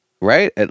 right